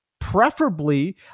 preferably